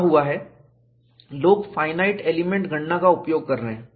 क्या हुआ है लोग फाइनाइट एलिमेंट गणना का उपयोग कर रहे हैं